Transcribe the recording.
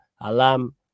Alam